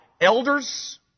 elders